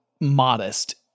modest